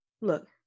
look